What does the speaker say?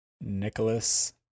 Nicholas